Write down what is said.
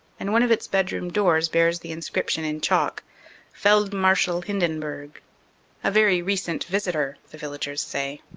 and one of its bedroom doors bears the inscription in chalk feldmarschall hinden burg a very recent visitor, the villagers say.